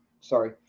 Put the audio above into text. Sorry